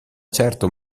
certo